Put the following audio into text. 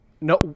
No